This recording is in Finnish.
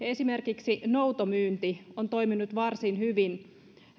esimerkiksi noutomyynti on toiminut varsin hyvin